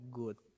good